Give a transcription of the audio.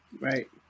Right